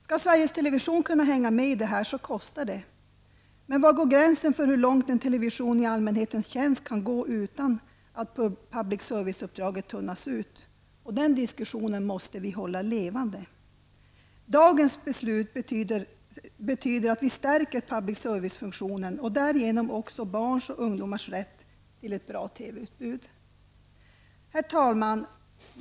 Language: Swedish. Skall Sveriges Television kunna hänga med kostar det pengar. Men var går gränsen för hur långt en television i allmänhetens tjänst kan gå utan att public service-uppdraget tunnas ut? Denna diskussion måste vi ständigt hålla levande. Dagens beslut betyder att vi stärker public servicefunktionen och därigenom också barns och ungdomars rätt till ett bra TV-utbud. Herr talman!